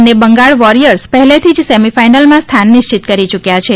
અને બંગાળ વોરિયર્સ પહેલેથી જ સેમિફાઇનલ માં સ્થાન નિશ્ચિત કરી યુકી છે